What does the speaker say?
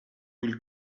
will